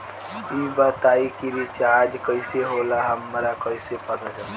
ई बताई कि रिचार्ज कइसे होला हमरा कइसे पता चली?